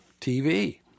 tv